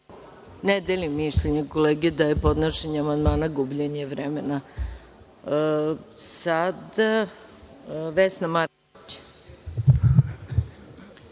Ne delim mišljenje kolege da je podnošenje amandmana gubljenje vremena. Reč